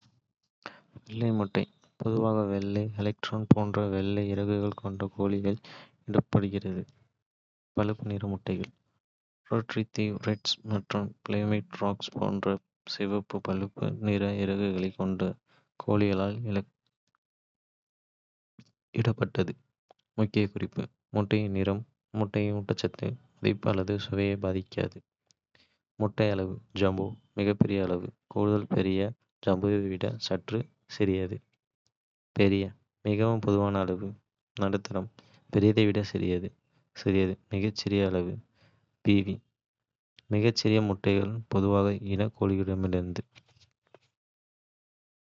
வெள்ளை முட்டை. பொதுவாக வெள்ளை லெக்ஹார்ன் போன்ற வெள்ளை இறகுகள் கொண்ட கோழிகளால் இடப்படுகிறது. பழுப்பு நிற முட்டை. ரோட் தீவு ரெட்ஸ் மற்றும் பிளைமவுத் ராக்ஸ் போன்ற சிவப்பு-பழுப்பு நிற இறகுகளைக் கொண்ட கோழிகளால் இடப்பட்டது. முக்கிய குறிப்பு. முட்டையின் நிறம் முட்டையின் ஊட்டச்சத்து மதிப்பு அல்லது சுவையை பாதிக்காது. முட்டை அளவுகள். ஜம்போ மிகப்பெரிய அளவு. கூடுதல் பெரியது: ஜம்போவை விட சற்று சிறியது. பெரிய மிகவும் பொதுவான அளவு. நடுத்தர பெரியதை விட சிறியது. சிறியது மிகச்சிறிய அளவு. பீவீ மிகச் சிறிய முட்டைகள், பொதுவாக இளம் கோழியிலிருந்து.